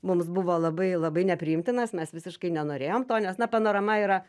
mums buvo labai labai nepriimtinas mes visiškai nenorėjom to nes na panorama yra